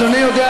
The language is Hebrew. אדוני יודע,